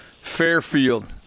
Fairfield